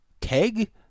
keg